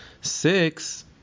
Six